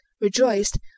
rejoiced